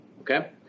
Okay